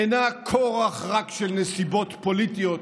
אינה רק כורח של נסיבות פוליטיות